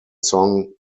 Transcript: song